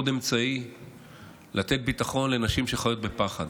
עוד אמצעי לתת ביטחון לנשים שחיות בפחד.